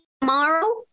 Tomorrow